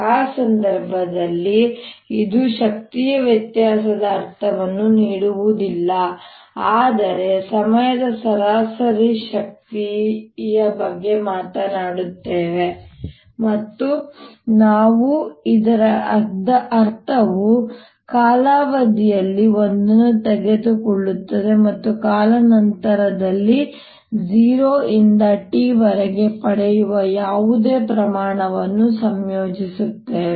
ಆ ಸಂದರ್ಭದಲ್ಲಿ ಇದು ಶಕ್ತಿಯ ವ್ಯತ್ಯಾಸದ ಅರ್ಥವನ್ನು ನೀಡುವುದಿಲ್ಲ ಆದರೆ ಸಮಯದ ಸರಾಸರಿ ಶಕ್ತಿಯ ಬಗ್ಗೆ ಮಾತನಾಡುತ್ತೇವೆ ಮತ್ತು ನಾವು ಇದರ ಅರ್ಥವು ಕಾಲಾವಧಿಯಲ್ಲಿ ಒಂದನ್ನು ತೆಗೆದುಕೊಳ್ಳುತ್ತದೆ ಮತ್ತು ಕಾಲಾನಂತರದಲ್ಲಿ ನಾವು 0 ರಿಂದ t ವರೆಗೆ ಪಡೆಯುವ ಯಾವುದೇ ಪ್ರಮಾಣವನ್ನು ಸಂಯೋಜಿಸುತ್ತೇವೆ